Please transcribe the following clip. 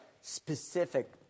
specific